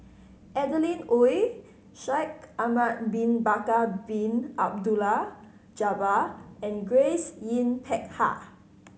Adeline Ooi Shaikh Ahmad Bin Bakar Bin Abdullah Jabbar and Grace Yin Peck Ha